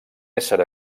ésser